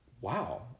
wow